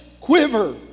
quiver